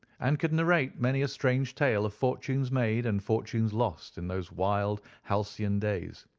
and could narrate many a strange tale of fortunes made and fortunes lost in those wild, halcyon days.